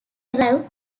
arrive